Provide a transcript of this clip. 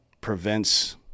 prevents